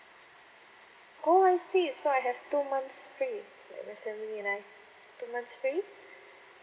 oh I see so I have two months free my family and I two months free